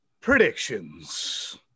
Predictions